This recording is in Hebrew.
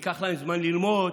ייקח להם זמן ללמוד,